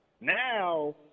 Now